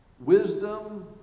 wisdom